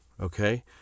okay